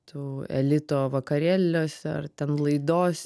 tų elito vakarėliuose ar ten laidos